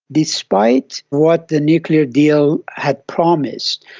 despite what the nuclear deal had promised,